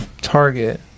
target